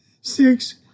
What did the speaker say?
Six